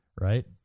Right